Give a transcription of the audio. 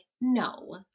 no